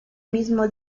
mismo